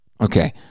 Okay